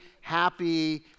happy